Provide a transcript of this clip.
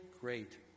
great